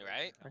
Right